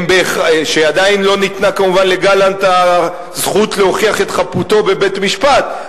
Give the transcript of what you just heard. כי עדיין לא ניתנה כמובן לגלנט הזכות להוכיח את חפותו בבית-משפט,